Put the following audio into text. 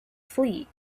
flee